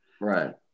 Right